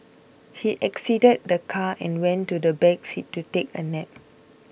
he exited the car and went to the back seat to take a nap